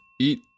Eat